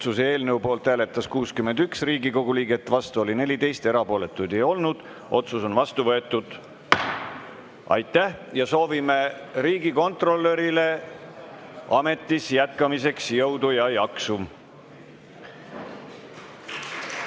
Otsuse eelnõu poolt hääletas 61 Riigikogu liiget, vastu oli 14, erapooletuid ei olnud. Otsus on vastu võetud. Aitäh! Soovime riigikontrolörile ametis jätkamiseks jõudu ja jaksu!